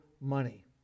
money